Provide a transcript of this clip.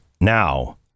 now